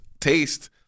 taste